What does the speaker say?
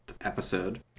episode